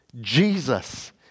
Jesus